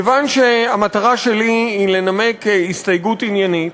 כיוון שהמטרה שלי היא לנמק הסתייגות עניינית,